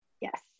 yes